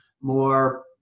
more